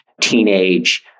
teenage